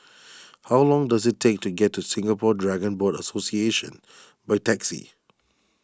how long does it take to get to Singapore Dragon Boat Association by taxi